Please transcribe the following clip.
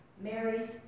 Mary's